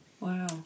Wow